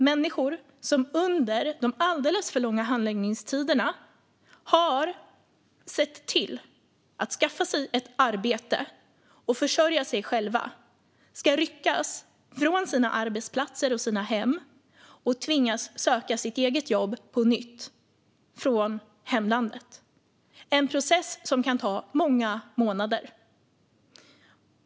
Människor som under de alldeles för långa handläggningstiderna har sett till att skaffa sig ett arbete för att försörja sig själva ska ryckas från sina arbetsplatser och sina hem och tvingas söka sitt eget jobb på nytt från hemlandet. Det är en process som kan ta många månader.